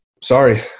sorry